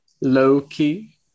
low-key